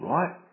Right